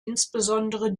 insbesondere